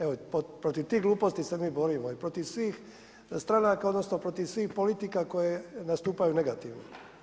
Evo, protiv tih gluposti se mi borimo i protiv svih stranaka, odnosno, protiv svih politika koje nastupaju negativno.